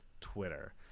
twitter